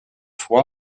fois